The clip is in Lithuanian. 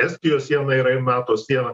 estijos siena yra ir nato siena